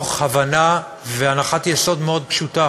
מתוך הבנה והנחת יסוד מאוד פשוטה